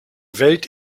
welt